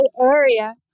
Area